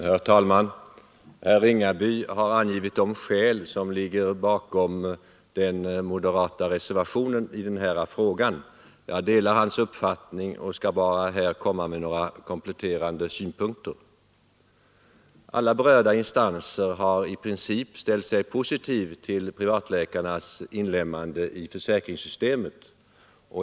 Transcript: Herr talman! Herr Ringaby har angivit de skäl som ligger bakom den moderata reservationen i den här frågan. Jag delar hans uppfattning och skall bara här anföra några kompletterande synpunkter. Alla berörda instanser har i princip ställt sig positiva till privatläkarnas inlemmande i försäkringssystemet.